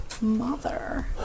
Mother